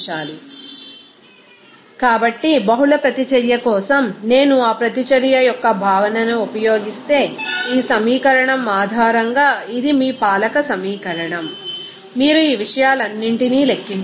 refer slide time 3027 కాబట్టి బహుళ ప్రతిచర్య కోసం నేను ఆ ప్రతిచర్య యొక్క భావనను ఉపయోగిస్తే ఈ సమీకరణం ఆధారంగా ఇది మీ పాలక సమీకరణం మీరు ఈ విషయాలన్నింటినీ లెక్కించాలి